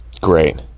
Great